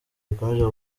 rikomeje